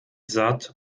saat